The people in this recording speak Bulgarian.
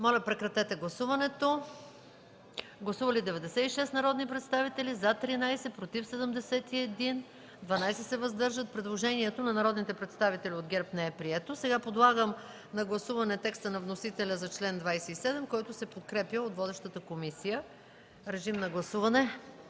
Моля, гласувайте. Гласували 96 народни представители: за 13, против 71, въздържали се 12. Предложението на народните представители от ГЕРБ не е прието. Сега подлагам на гласуване текста на вносителя за чл. 27, който се подкрепя от водещата комисия. Моля, гласувайте.